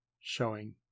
showing